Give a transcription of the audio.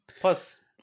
Plus